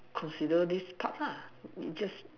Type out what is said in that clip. consider this part lah you just